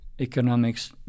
Economics